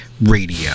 radio